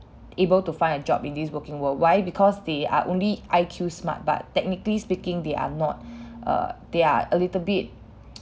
able to find a job in this working world why because they are only I_Q smart but technically speaking they are not err they are a little bit